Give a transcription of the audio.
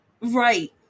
Right